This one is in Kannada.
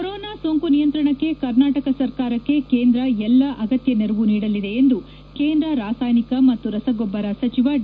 ಕೊರೊನಾ ಸೋಂಕು ನಿಯಂತ್ರಣಕ್ಕೆ ಕರ್ನಾಟಕ ಸರ್ಕಾರಕ್ಕೆ ಕೇಂದ್ರ ಎಲ್ಲ ಆಗತ್ಯ ನೆರವು ನೀಡಲಿದೆ ಎಂದು ಕೇಂದ್ರ ರಾಸಾಯನಿಕ ಮತ್ತು ರಸಗೊಬ್ಲರ ಸಚಿವ ಡಿ